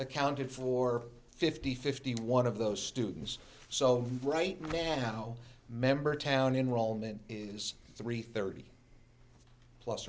accounted for fifty fifty one of those students so right now member town enrollment is three thirty plus